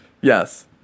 Yes